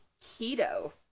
keto